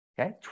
Okay